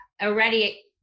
already